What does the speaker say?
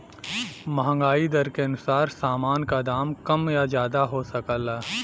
महंगाई दर के अनुसार सामान का दाम कम या ज्यादा हो सकला